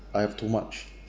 I have too much